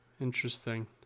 Interesting